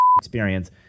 experience